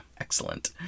excellent